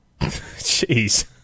Jeez